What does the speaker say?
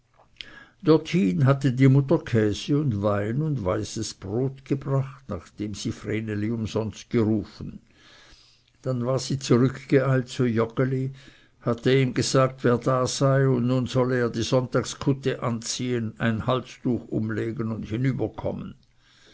dorthin hatte die mutter käse und wein und weißes brot gebracht nachdem sie vreneli umsonst gerufen dann war sie zurückgeeilt zu joggeli hatte ihm gesagt wer da sei und nun sollte er die sonntagskutte anziehen ein halstuch umlegen und